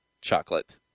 chocolate